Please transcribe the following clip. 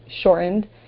shortened